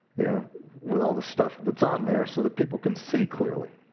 yeah with all the stuff that's on there so that people can see clearly.